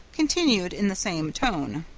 continued in the same tone